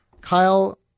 Kyle